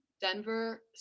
Denver